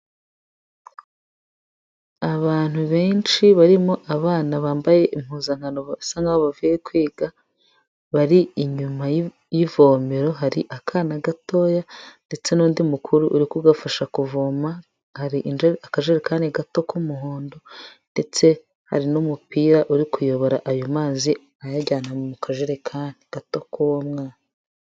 Abantu benshi barimo abana bambaye impuzankano basa nk'aho bavuye kwiga, bari inyuma y'ivomero hari akana gatoya ndetse n'undi mukuru uri kugafasha kuvoma, hari akajerekani gato k'umuhondo ndetse hari n'umupira uri kuyobora ayo mazi ayajyana mu kajerekani gato k'uwo mwana.